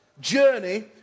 journey